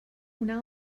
una